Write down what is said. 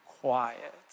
quiet